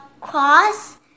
cross